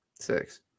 Six